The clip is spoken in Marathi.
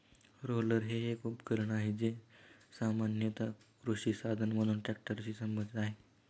रोलर हे एक उपकरण आहे, जे सामान्यत कृषी साधन म्हणून ट्रॅक्टरशी संबंधित आहे